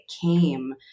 came